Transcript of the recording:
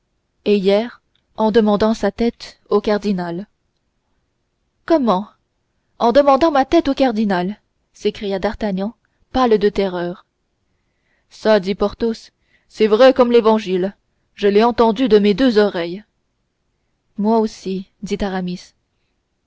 et hier en demandant sa tête au cardinal comment en demandant ma tête au cardinal s'écria d'artagnan pâle de terreur ça dit porthos c'est vrai comme l'évangile je l'ai entendu de mes deux oreilles moi aussi dit aramis